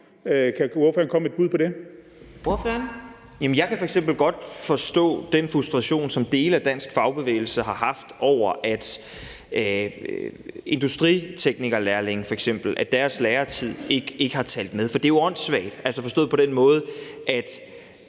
Kl. 15:46 Frederik Vad (S): Jeg kan f.eks. godt forstå den frustration, som dele af den danske fagbevægelse har haft over, at f.eks. industriteknikerlærlinges læretid ikke har talt med. For det er jo åndssvagt, altså forstået på den måde, at